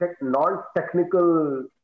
non-technical